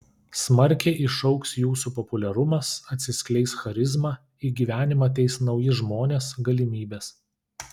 smarkiai išaugs jūsų populiarumas atsiskleis charizma į gyvenimą ateis nauji žmonės galimybės